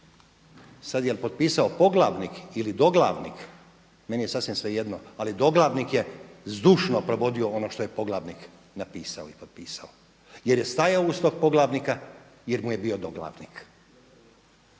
Sad jel' potpisao poglavnik ili doglavnik meni je sasvim svejedno, ali doglavnik je zdušno provodio ono što je poglavnik napisao i potpisao jer je stajao uz tog poglavnika, jer mu je bio doglavnik.